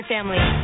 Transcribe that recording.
family